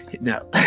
No